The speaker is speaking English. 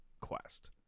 quest